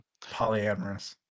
polyamorous